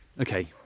Okay